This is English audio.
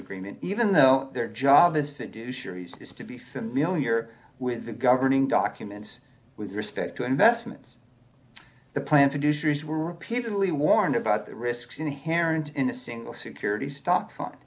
agreement even though their job is fit do sure it's to be familiar with the governing documents with respect to investments the plan producers were repeatedly warned about the risks inherent in a single security stop f